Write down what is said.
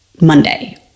Monday